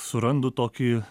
surandu tokį